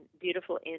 beautiful